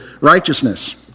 righteousness